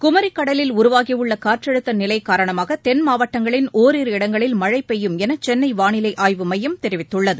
குமரிக் கடலில் உருவாகியுள்ள காற்றழுத்த நிலை காரணமாக தென் மாவட்டங்களின் ஒரிரு இடங்களில் மழை பெய்யுமென சென்னை வானிலை ஆய்வு மையம் தெரிவித்துள்ளது